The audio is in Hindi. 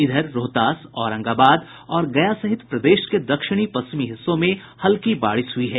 इधर रोहतास औरंगाबाद और गया सहित प्रदेश के दक्षिणी पश्चिमी हिस्सों में हल्की बारिश हुई है